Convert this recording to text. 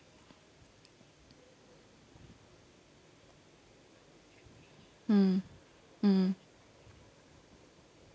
mm mm